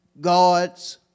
God's